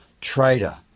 trader